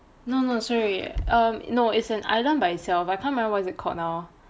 no no sorry um no it's an island by itself I can't remember what is it called now